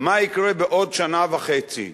מה יקרה בעוד שנה וחצי.